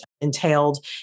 entailed